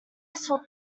useful